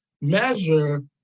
measure